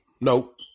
Nope